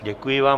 Děkuji vám.